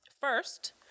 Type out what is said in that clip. First